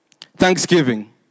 thanksgiving